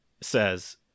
says